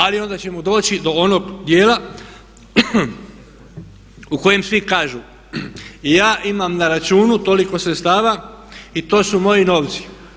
Ali onda ćemo doći do onog dijela u kojem svi kažu, ja imam na računu toliko sredstava i to su moji novci.